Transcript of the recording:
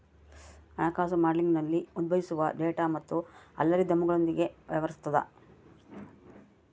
ಹಣಕಾಸು ಮಾಡೆಲಿಂಗ್ನಲ್ಲಿ ಉದ್ಭವಿಸುವ ಡೇಟಾ ಮತ್ತು ಅಲ್ಗಾರಿದಮ್ಗಳೊಂದಿಗೆ ವ್ಯವಹರಿಸುತದ